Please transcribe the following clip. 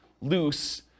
loose